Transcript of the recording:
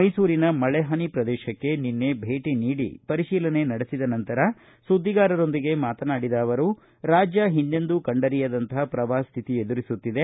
ಮೈಸೂರಿನ ಮಳೆ ಹಾನಿ ಪ್ರದೇಶಕ್ಕೆ ನಿನ್ನೆ ಭೇಟಿ ನೀಡಿ ಪರಿಶೀಲನೆ ನಡೆಸಿದ ನಂತರ ಸುದ್ದಿಗಾರರೊಂದಿಗೆ ಮಾತನಾಡಿದ ಅವರು ರಾಜ್ಯ ಹಿಂದೆಂದೂ ಕಂಡರಿಯದಂಥ ಪ್ರವಾಪ ಶ್ರಿತಿ ಎದುರಿಸುತ್ತಿದೆ